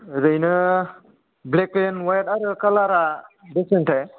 ओरैनो black and white आरो खालारा बेसेबांथाय